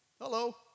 Hello